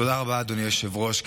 תודה רבה, אדוני היושב-ראש.